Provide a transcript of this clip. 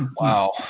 Wow